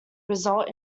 result